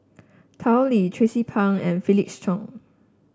Tao Li Tracie Pang and Felix Cheong